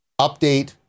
update